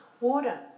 Water